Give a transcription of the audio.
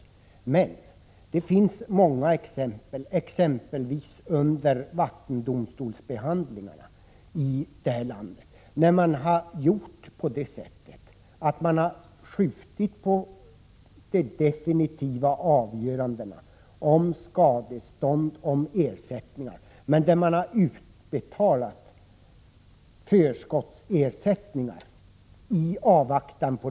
Å andra sidan finns det många exempel på att man, bl.a. i vattendomstolarnas verksamhet, har utbetalt förskottsersättningar i avvaktan på de slutliga avgörandena om skadestånd och ersättningar.